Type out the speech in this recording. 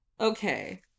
Okay